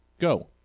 go